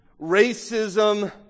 Racism